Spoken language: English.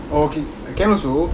okay can also